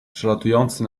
przelatujący